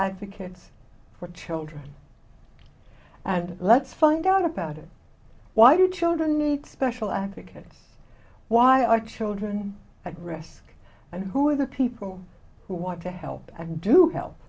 kids for children and let's find out about it why do children need special advocates why are children at risk and who are the people who want to help and do